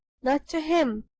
not to him,